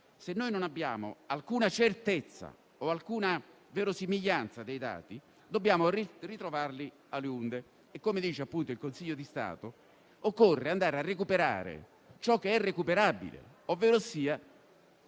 Se non abbiamo alcuna certezza e verosimiglianza dei dati, dobbiamo ritrovarli *aliunde*. Come indica il Consiglio di Stato, occorre andare a recuperare ciò che è recuperabile, ovverosia